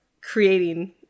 creating